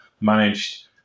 managed